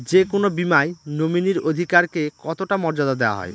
যে কোনো বীমায় নমিনীর অধিকার কে কতটা মর্যাদা দেওয়া হয়?